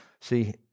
See